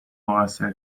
مقصر